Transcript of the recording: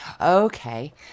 Okay